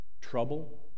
trouble